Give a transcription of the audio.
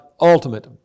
ultimate